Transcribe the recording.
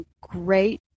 great